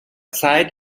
zeit